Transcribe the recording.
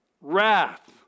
wrath